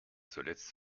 zuletzt